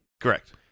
Correct